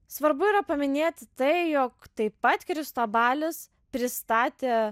svarbu yra paminėti tai jog taip pat kristobalis pristatė